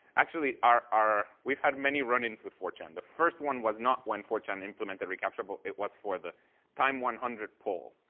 actually, our our we've had many run-ins with four chan. the first one was not when four chan implemented recaptcha, but it was for the time one hundred poll.